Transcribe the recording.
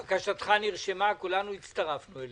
בקשתך נרשמה, כולנו הצטרפנו אליה.